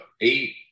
eight